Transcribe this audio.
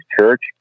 church